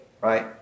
right